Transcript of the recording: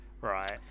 Right